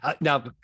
now